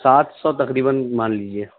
سات سو تقریباً مان لیجیے